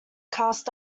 cast